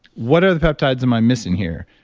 what are the peptides? am i missing here?